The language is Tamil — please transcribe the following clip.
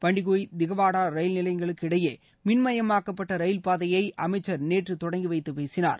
பண்டிகுப் திகவாடா ரயில்நிலையங்களுக்கு இடையே மின்மயமாக்கப்பட்ட ரயில் பாதையை அமைச்சர் நேற்று தொடங்கி வைத்து பேசினார்